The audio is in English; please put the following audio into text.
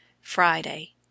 friday